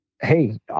Hey